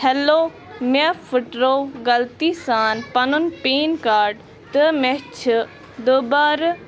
hello مےٚ پھُٹروو غلطی سان پَنُن پین کارڈ تہٕ مےٚ چھِ دُبارٕ